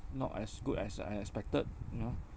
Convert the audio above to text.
not as good as I expected you know